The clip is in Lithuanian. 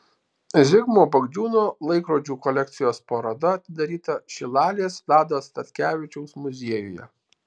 zigmo bagdžiūno laikrodžių kolekcijos paroda atidaryta šilalės vlado statkevičiaus muziejuje